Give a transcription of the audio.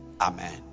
Amen